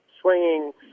swinging